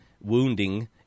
wounding